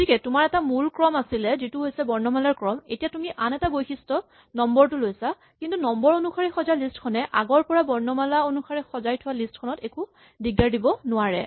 গতিকে তোমাৰ এটা মূল ক্ৰম আছিলে যিটো হৈছে বৰ্ণমালাৰ ক্ৰম এতিয়া তুমি আন এটা বৈশিষ্ট নম্বৰ টো লৈছা কিন্তু নম্বৰ অনুসাৰে সজা লিষ্ট খনে আগৰ পৰা বৰ্ণমালা অনুসাৰে সজাই থোৱা লিষ্ট খনত একো দিগদাৰ দিব নোৱাৰে